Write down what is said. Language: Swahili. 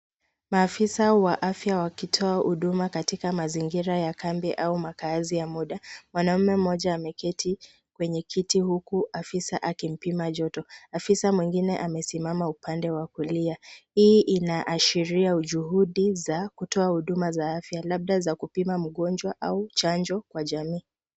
Maafisa wa afya wakitoa huduma katika mazingira ya kambi au makazi ya muda. Mwanaume mmoja ameketi kwenye kiti huku afisa akimpima joto. Afisa mwingine amesimama upande wa kulia. Hii inaashiria juhudi za kutoa huduma za afya labda za kupima mgonjwa au chanjo kwa jamii.